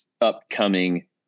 upcoming